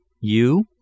You